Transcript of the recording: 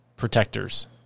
Protectors